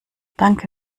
danke